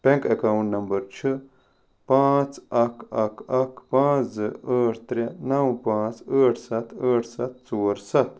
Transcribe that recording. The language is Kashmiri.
بیٚنٛک ایٚکاونٛٹ نمبر چھُ پانٛژھ اکھ اکھ اکھ پانٛژھ زٕ ٲٹھ ترٛےٚ نَو پانٛژھ ٲٹھ ستھ ٲٹھ ستھ ژور ستھ